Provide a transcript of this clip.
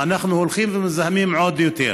אנחנו הולכים ומזהמים עוד יותר.